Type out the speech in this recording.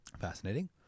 fascinating